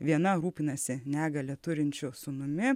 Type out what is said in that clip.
viena rūpinasi negalią turinčiu sūnumi